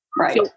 Right